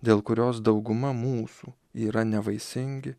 dėl kurios dauguma mūsų yra nevaisingi